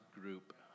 Group